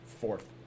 Fourth